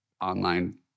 online